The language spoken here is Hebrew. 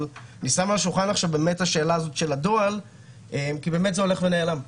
אני שם על השולחן את השאלה של הדוא"ל כי זה הולך ונעלם,